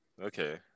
Okay